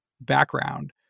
background